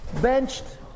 benched